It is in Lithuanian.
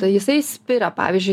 tai jisai spiria pavyzdžiui